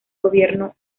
gobierno